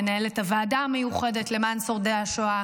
מנהלת הוועדה המיוחדת למען שורדי השואה,